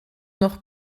noch